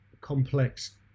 complex